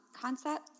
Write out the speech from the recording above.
concept